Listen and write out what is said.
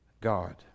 God